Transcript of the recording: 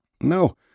No